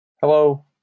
Hello